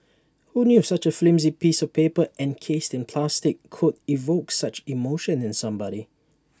who knew such A flimsy piece of paper encased in plastic could evoke such emotion in somebody